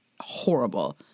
horrible